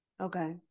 Okay